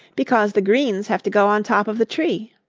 because the greens have to go on top of the tree.